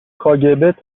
کاگب